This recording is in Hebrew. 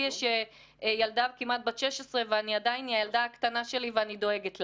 לי יש ילדה כמעט בת 16 והיא עדיין הילדה הקטנה שלי ואני דואגת לה.